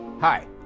Hi